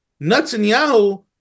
Netanyahu